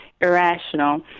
irrational